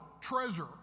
treasure